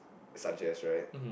Sanchez right